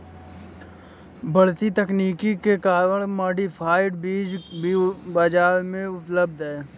बढ़ती तकनीक के कारण मॉडिफाइड बीज भी बाजार में उपलब्ध है